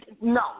No